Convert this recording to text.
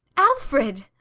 alfred!